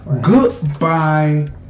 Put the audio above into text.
Goodbye